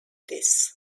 this